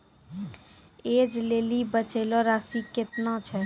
ऐज लेली बचलो राशि केतना छै?